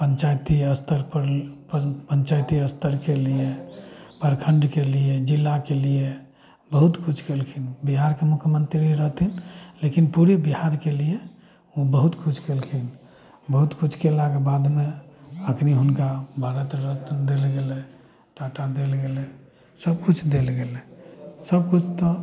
पंचायती स्तरपर पर पंचायती स्तरके लिए प्रखंडके लिए जिलाके लिए बहुत किछु कयलखिन बिहारके मुख्यमन्त्री रहथिन लेकिन पूरे बिहारके लिए ओ बहुत किछु कयलखिन बहुत किछु कयलाके बादमे अखनी हुनका भारत रत्न देल गेलै टाटा देल गेलै सब किछु देल गेलय सब कुछ तऽ